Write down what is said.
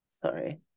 Sorry